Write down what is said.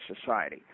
society